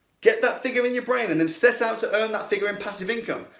get that figure in your brain and then set out to earn that figure in passive income.